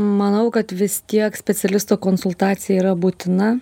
manau kad vis tiek specialisto konsultacija yra būtina